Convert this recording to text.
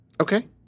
Okay